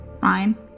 Fine